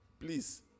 please